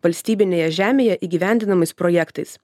valstybinėje žemėje įgyvendinamais projektais